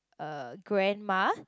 a grandma